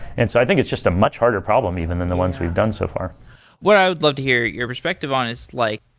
and so i think it's just a much harder problem even in the ones we've done so far what i would love to hear your perspective on is like,